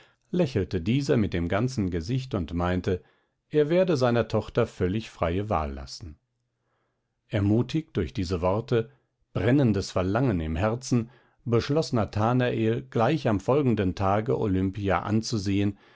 lächelte dieser mit dem ganzen gesicht und meinte er werde seiner tochter völlig freie wahl lassen ermutigt durch diese worte brennendes verlangen im herzen beschloß nathanael gleich am folgenden tage olimpia anzusehen